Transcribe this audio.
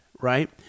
right